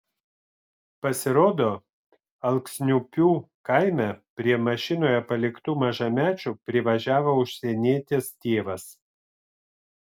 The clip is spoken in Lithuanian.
pasirodo alksniupių kaime prie mašinoje paliktų mažamečių privažiavo užsienietis tėvas